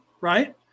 right